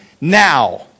now